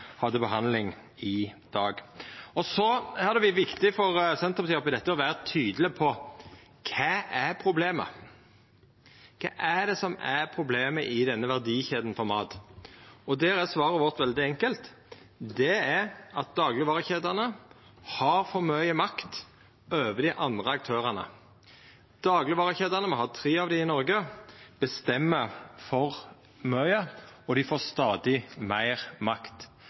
behandling i dag. Det har vore viktig for Senterpartiet oppi dette å vera tydeleg på kva som er problemet: Kva er det som er problemet i denne verdikjeda for mat? Der er svaret vårt veldig enkelt: Det er at daglegvarekjedene har for mykje makt over dei andre aktørane. Daglegvarekjedene – me har tre av dei i Noreg – bestemmer for mykje, og dei får stadig meir makt.